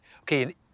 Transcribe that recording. okay